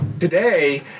Today